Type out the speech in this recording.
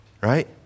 right